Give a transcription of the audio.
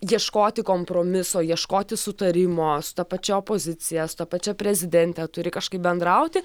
ieškoti kompromiso ieškoti sutarimo su ta pačia opozicija ta pačia prezidente turi kažkaip bendrauti